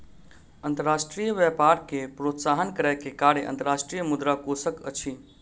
अंतर्राष्ट्रीय व्यापार के प्रोत्साहन करै के कार्य अंतर्राष्ट्रीय मुद्रा कोशक अछि